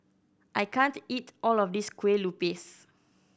I can't eat all of this Kueh Lupis